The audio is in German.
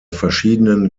verschiedenen